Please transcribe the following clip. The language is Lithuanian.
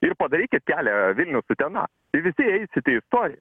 ir padarykit kelią vilnius utena ir visi įeisit į istoriją